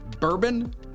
Bourbon